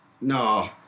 no